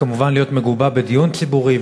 וכמובן להיות מגובה בדיון ציבורי,